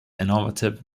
innovative